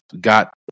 got